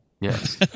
Yes